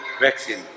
vaccine